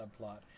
subplot